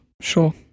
Sure